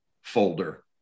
folder